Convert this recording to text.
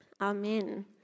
Amen